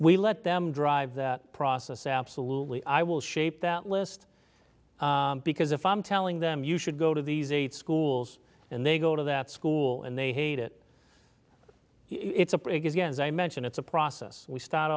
we let them drive that process absolutely i will shape that list because if i'm telling them you should go to these eight schools and they go to that school and they hate it it's a prig again as i mentioned it's a process we start